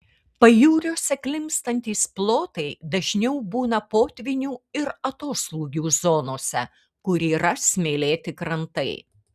pajūriuose klimpstantys plotai dažniau būna potvynių ir atoslūgių zonose kur yra smėlėti krantai